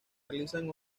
realizan